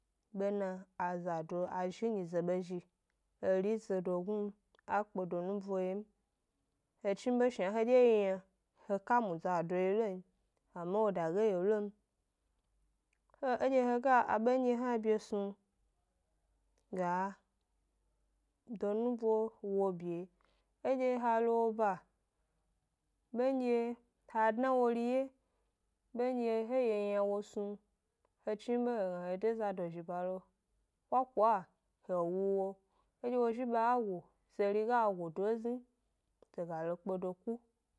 Bena azado a zhi nyize be zhi, eri zodo gnu m, a kpe do nubo ye m, he chnibe shna hedye yi yna he ka mu zado yi lo n, so edye he ga abendye hna bye snu ga do nubo wo bye, edye ha lo wo ba, bendye ha dna wo 'ri wye, bendye he ye m yna wo snu he chnibe he gna dye he de zado zhi ba lo, kokwa he wu wo, edye wo ga zhi ba go se 'ri ga zhi ba godoyi ezni, se ga lo kpe do ku.